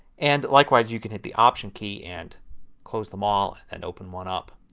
and likewise you can hit the option key and close them all and open one up.